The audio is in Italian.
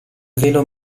velo